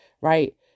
right